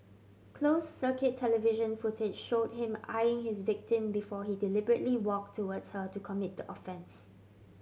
closed circuit television footage showed him eyeing his victim before he deliberately walked towards her to commit the offence